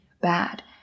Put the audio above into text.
bad